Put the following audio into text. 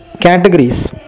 categories